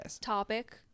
topic